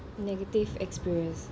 negative experience